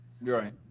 right